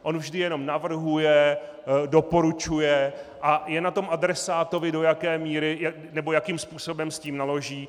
On vždy jenom navrhuje, doporučuje a je na tom adresátovi, do jaké míry nebo jakým způsobem s tím naloží.